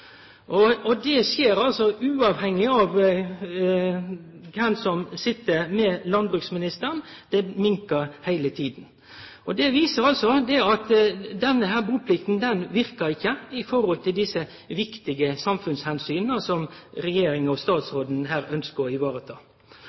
Det skjer altså uavhengig av kven som sit med landbruksministeren. Det minkar heile tida. Det viser at buplikta ikkje verkar i forhold til dei viktige samfunnsomsyna som regjeringa og statsråden her ønskjer å